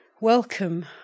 welcome